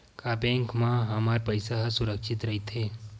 का बैंक म हमर पईसा ह सुरक्षित राइथे?